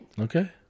Okay